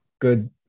good